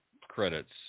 credits